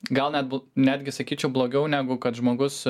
gal net netgi sakyčiau blogiau negu kad žmogus